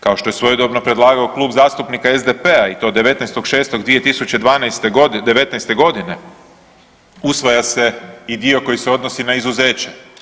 Kao što je svojedobno predlagao Klub zastupnika SDP-a i to 19.6.2012. '19. godine usvaja se i dio koji se odnosi na izuzeće.